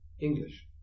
English